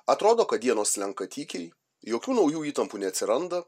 atrodo kad dienos slenka tykiai jokių naujų įtampų neatsiranda